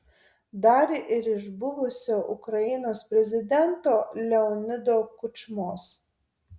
dar ir iš buvusio ukrainos prezidento leonido kučmos